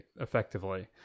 effectively